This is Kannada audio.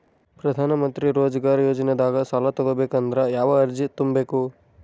ಪ್ರಧಾನಮಂತ್ರಿ ರೋಜಗಾರ್ ಯೋಜನೆದಾಗ ಸಾಲ ತೊಗೋಬೇಕಂದ್ರ ಯಾವ ಅರ್ಜಿ ತುಂಬೇಕು?